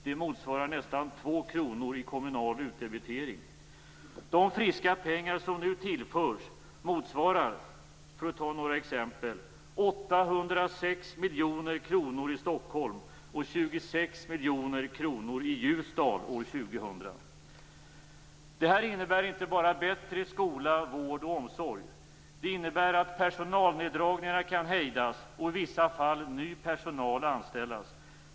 Det motsvarar nästan 2 kr i kommunal utdebitering. De friska pengar som nu tillförs motsvarar, för att ta några exempel, 806 miljoner kronor i Stockholm och 26 miljoner kronor i Ljusdal år 2000. Det här innebär inte bara bättre skola, vård och omsorg. Det innebär att personalneddragningarna kan hejdas och i vissa fall ny personal anställas.